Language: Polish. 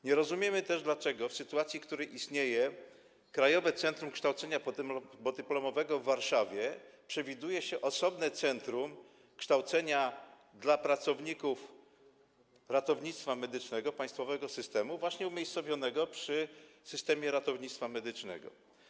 Nie rozumiemy też, dlaczego w sytuacji, w której istnieje krajowe centrum kształcenia podyplomowego w Warszawie, przewiduje się utworzenie osobnego centrum kształcenia dla pracowników ratownictwa medycznego, państwowego systemu, umiejscowionego właśnie przy systemie ratownictwa medycznego.